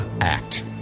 act